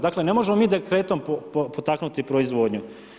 Dakle, ne možemo mi dekretom potaknuti proizvodnju.